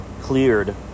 cleared